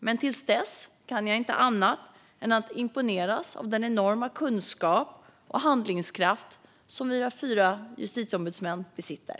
Men till dess kan jag inte annat än att imponeras av den enorma kunskap och handlingskraft som våra fyra justitieombudsmän besitter.